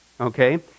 Okay